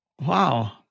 Wow